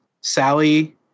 Sally